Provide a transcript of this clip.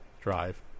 drive